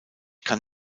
kann